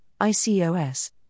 ICOS